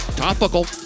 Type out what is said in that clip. Topical